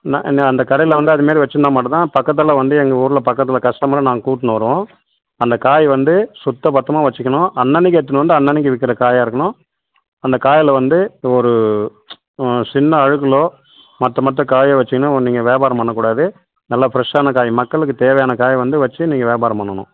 நான் நான் அந்த கடையில் வந்து அதுமாரி வச்சிருந்தால் மட்டுந்தான் பக்கத்தில் வந்து எங்கள் ஊர்ல பக்கத்தில் கஸ்டமரை நாங்கள் கூட்டுன்னு வருவோம் அந்த காய் வந்து சுத்தப்பத்தமாக வச்சுக்கணும் அன்னன்னைக்கு எடுத்துன்னு வந்து அன்னன்னைக்கு விற்கிற காயாக இருக்கணும் அந்த காயில் வந்து எந்த ஒரு சின்ன அழுக்குகளோ மற்ற மற்ற காய வச்சீங்கன்னால் நீங்கள் வியாபாரம் பண்ணக்கூடாது நல்லா ஃப்ரெஷ்ஷான காய் மக்களுக்கு தேவையான காயை வந்து வச்சு நீங்கள் வியாபாரம் பன்ணணும்